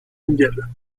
mondiale